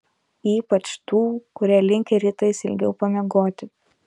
ypač tų kurie linkę rytais ilgiau pamiegoti